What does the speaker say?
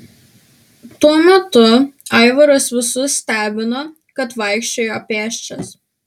tuo metu aivaras visus stebino kad vaikščiojo pėsčias